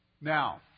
Now